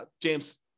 James